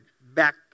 back